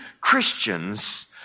Christians